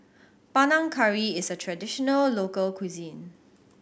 Panang Curry is a traditional local cuisine